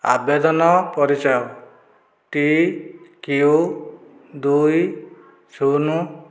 ଆବେଦନ ପରିଚୟ T Q ଦୁଇ ଶୂନ